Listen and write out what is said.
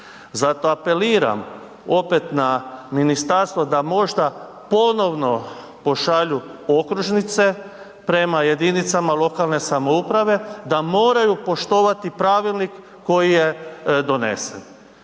Zato apeliram opet na ministarstvo da možda ponovno pošalju okružnice prema jedinicama lokalne samouprave da moraju poštovati pravilnik koji je donesen